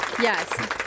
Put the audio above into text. Yes